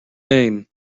name